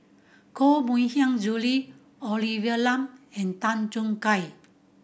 Koh Mui Hiang Julie Olivia Lum and Tan Choo Kai